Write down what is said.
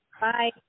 Bye